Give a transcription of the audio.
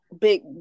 big